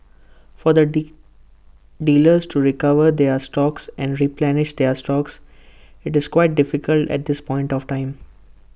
for the dealers to recover their stocks and replenish their stocks IT is quite difficult at this point of time